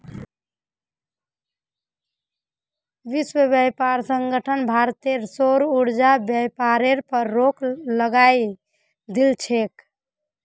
विश्व व्यापार संगठन भारतेर सौर ऊर्जाक व्यापारेर पर रोक लगई दिल छेक